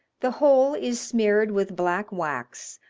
the whole is smeared with black wax,